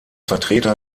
vertreter